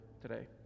today